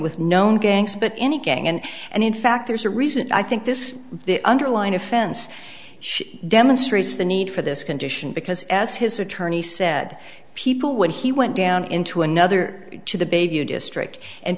with known gangs but any gang and and in fact there's a reason i think this is the underlying offense she demonstrates the need for this condition because as his attorney said people when he went down into another to the baby district and